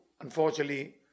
unfortunately